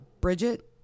Bridget